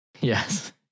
Yes